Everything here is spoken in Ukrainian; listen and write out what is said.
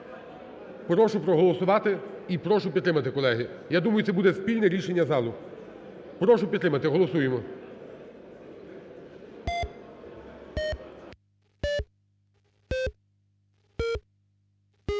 Прошу проголосувати і прошу підтримати, колеги. Я думаю, це буде спільне рішення залу. Прошу підтримати. Голосуємо.